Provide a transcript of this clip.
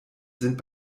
sind